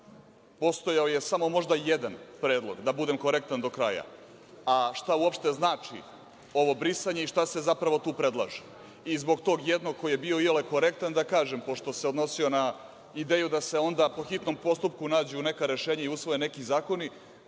postojao je možda samo jedan predlog, da budem korektan do kraja, a šta uopšte znači ovo brisanje i šta se zapravo tu predlaže i zbog tog jednog koji je bio iole korektan, da kažem, pošto se odnosio na ideju da se onda po hitnom postupku nađu neka rešenja i usvoje neki zakoni,